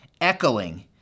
echoing